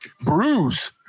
bruise